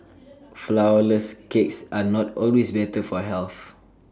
Flourless Cakes are not always better for health